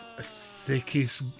sickest